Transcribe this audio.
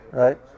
right